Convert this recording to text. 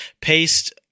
paste